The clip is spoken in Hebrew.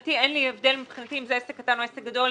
מבחינתי אין הבדל אם זה עסק קטן או עסק גדול,